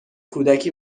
کودکی